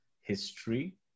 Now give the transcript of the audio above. history